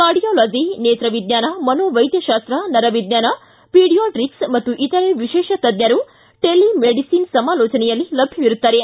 cardiology ನೇತ್ರವಿಜ್ವಾನ ಮನೋವೈದ್ಯಶಾಸ್ತ ನರವಿಜ್ವಾನ ಪೀಡಿಯಾಟ್ರಿಕ್ಸ್ ಮತ್ತು ಇತರೆ ವಿಶೇಷ ತಜ್ಞರು ಟೆಲಿಮೆಡಿಸಿನ್ ಸಮಾಲೋಚನೆಯಲ್ಲಿ ಲಭ್ಯವಿರುತ್ತಾರೆ